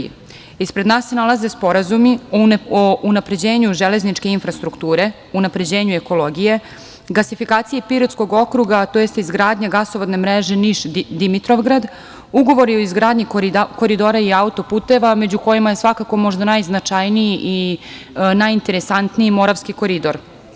Ispred nas se nalaze sporazumi o unapređenju železničke infrastrukture, unapređenju ekologije, gasifikaciji Pirotskog okruga, tj. izgradnja gasovodne mreže Niš-Dimitrovgrad, ugovori o izgradnji koridora i autoputeva, među kojima je svakako možda najznačajniji i najinteresantniji Moravski koridor.